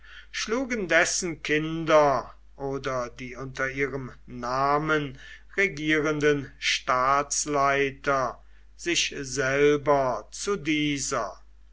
schlugen dessen kinder oder die unter ihrem namen regierenden staatsleiter sich selber zu dieser